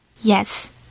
Yes